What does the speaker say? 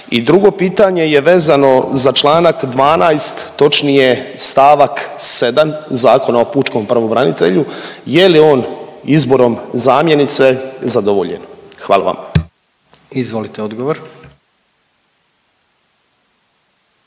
i drugo pitanje je vezano za čl. 12, točnije stavak 7 Zakona o pučkom pravobranitelju, je li on izborom zamjenice zadovoljen? Hvala vam. **Jandroković,